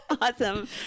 awesome